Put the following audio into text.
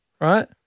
right